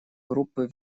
группы